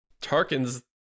Tarkin's